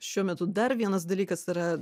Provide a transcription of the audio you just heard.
šiuo metu dar vienas dalykas yra